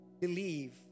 believe